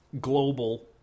global